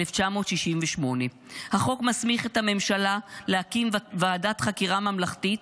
1968. החוק מסמיך את הממשלה להקים ועדת חקירה ממלכתית